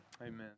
Amen